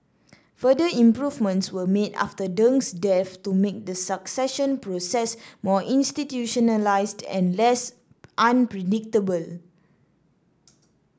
further improvements were made after Deng's death to make the succession process more institutionalised and less unpredictable